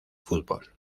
fútbol